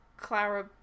clara